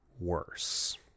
worse